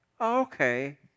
Okay